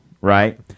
right